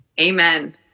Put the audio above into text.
Amen